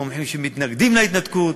מומחים שמתנגדים להתנתקות,